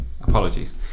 apologies